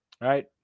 right